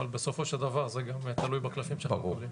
בסופו של דבר זה גם תלוי בקלפים שאנחנו מקבלים.